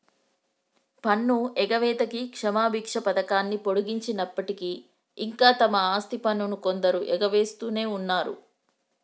పన్ను ఎగవేతకి క్షమబిచ్చ పథకాన్ని పొడిగించినప్పటికీ ఇంకా తమ ఆస్తి పన్నును కొందరు ఎగవేస్తునే ఉన్నరు